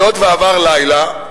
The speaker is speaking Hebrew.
היות שעבר לילה,